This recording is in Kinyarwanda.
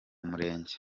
murenge